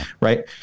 right